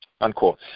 unquote